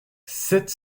sept